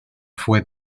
fue